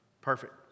Perfect